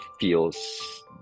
feels